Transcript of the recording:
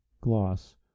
Gloss